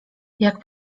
jak